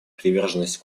приверженность